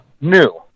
new